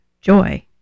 joy